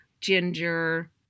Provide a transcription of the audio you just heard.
ginger